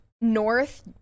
North